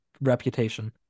reputation